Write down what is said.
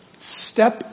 step